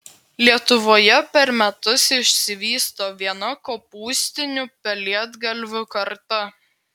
lietuvoje per metus išsivysto viena kopūstinių pelėdgalvių karta